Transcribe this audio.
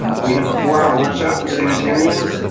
um we have a four hour workshop for sanitarians,